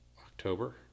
October